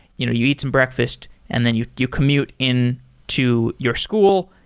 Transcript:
you know you eat some breakfast and then you you commute in to your school.